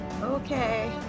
Okay